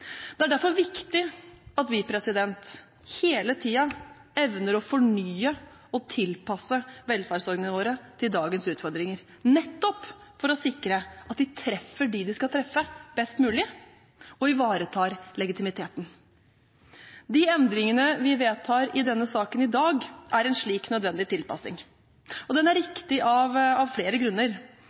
Det er derfor viktig at vi hele tiden evner å fornye og tilpasse velferdsordningene våre til dagens utfordringer, nettopp for å sikre at de treffer dem som de skal treffe, best mulig, og ivaretar legitimiteten. De endringene vi vedtar i denne saken i dag, er en slik nødvendig tilpasning, og den er riktig av flere grunner.